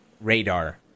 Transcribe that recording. radar